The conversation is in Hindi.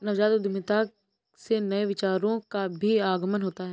नवजात उद्यमिता से नए विचारों का भी आगमन होता है